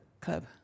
club